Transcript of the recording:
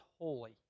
holy